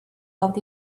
out